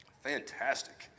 Fantastic